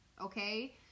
okay